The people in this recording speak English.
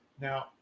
Now